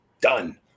done